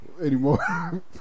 anymore